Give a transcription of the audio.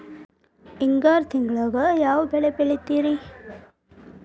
ಹಿಂಗಾರು ತಿಂಗಳದಾಗ ಯಾವ ಬೆಳೆ ಬೆಳಿತಿರಿ?